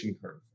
curve